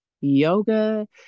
yoga